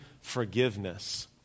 forgiveness